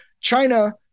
China